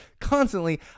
Constantly